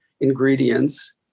ingredients